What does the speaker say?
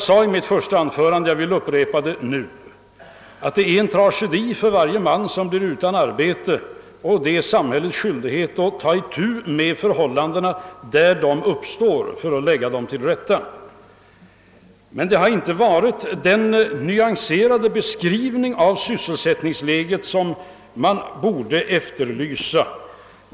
I mitt första anförande sade jag, och jag vill upprepa det nu, att det är en tragedi för varje man att bli utan arbete och att det är samhällets skyldighet att ta itu med missförhållandena där de uppstår i syfte att komma till rätta med dem. Beskrivningen av sysselsättningsläget har dock inte varit så nyanserad som man borde efterlysa.